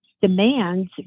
demands